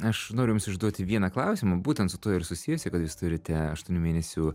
aš noriu jums užduoti vieną klausimą būtent su tuo ir susijusį kad jūs turite aštuonių mėnesių